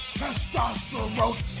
testosterone